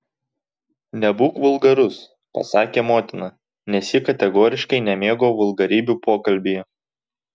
nebūk vulgarus pasakė motina nes ji kategoriškai nemėgo vulgarybių pokalbyje